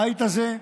הבית הזה,